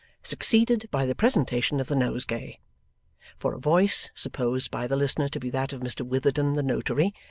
succeeded by the presentation of the nosegay for a voice, supposed by the listener to be that of mr witherden the notary,